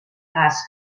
cas